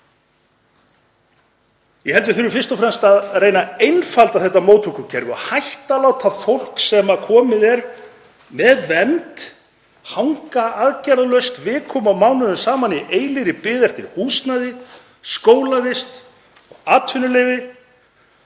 Ég held að við þurfum fyrst og fremst að reyna að einfalda þetta móttökukerfi og hætta að láta fólk sem komið er með vernd hanga aðgerðalaust vikum og mánuðum saman í eilífri bið eftir húsnæði, skólavist og atvinnuleyfi.